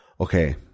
okay